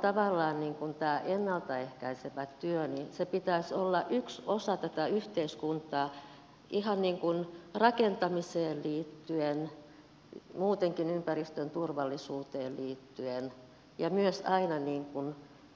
tavallaan tämän ennalta ehkäisevän työn pitäisi olla yksi osa tätä yhteiskuntaa ihan niin kuin rakentamiseen liittyen muutenkin ympäristön turvallisuuteen liittyen ja myös aina